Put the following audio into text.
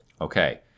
Okay